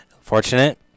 Fortunate